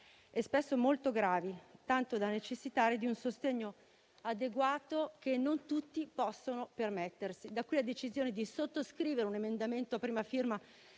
e spesso molto gravi, tanto da necessitare di un sostegno adeguato, che non tutti possono permettersi. Da qui la decisione di sottoscrivere un emendamento a prima firma